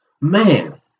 man